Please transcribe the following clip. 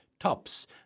tops